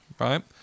right